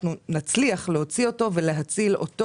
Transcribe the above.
אנחנו נצליח להוציא אותו ולהציל אותו,